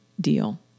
deal